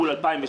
מול 2017,